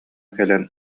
кэлэн